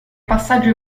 passaggio